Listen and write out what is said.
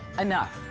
enough.